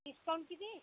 discount किती